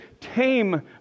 tame